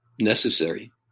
necessary